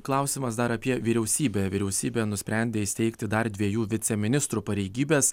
klausimas dar apie vyriausybę vyriausybė nusprendė įsteigti dar dviejų viceministrų pareigybes